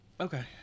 Okay